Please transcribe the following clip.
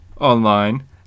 online